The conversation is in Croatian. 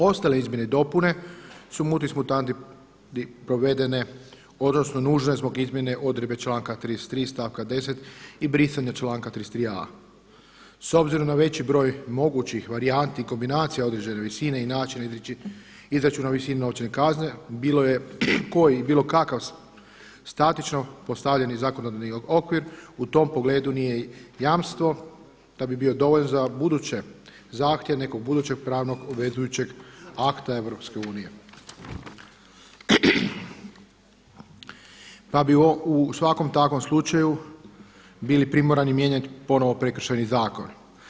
Ostale izmjene i dopune su mutatis mutandis provedene odnosno nužne zbog izmjene odredbe članka 33. stavka 10. i brisanja članka 33.a. S obzirom na veći broj mogućih varijanti i kombinacija određene visine i načina izračuna o visini novčane kazne bilo je koji i bilo kakav statično postavljeni zakonodavni okvir u tom pogledu nije jamstvo da bi bio dovoljan za buduće zahtjev nekog budućeg pravnog obvezujućeg akta EU, pa bi u svakom takvom slučaju bili primorani mijenjati ponovo Prekršajni zakon.